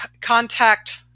contact